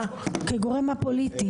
כגורם א-פוליטי.